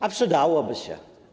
A przydałoby się.